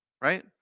right